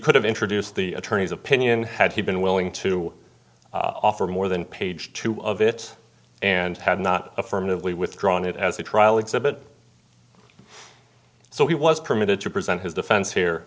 could have introduced the attorney's opinion had he been willing to offer more than page two of it and had not affirmatively withdrawn it as a trial exhibit so he was permitted to present his defense here